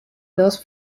dos